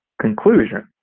conclusion